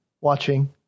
watching